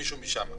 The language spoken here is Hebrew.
מישהו משם.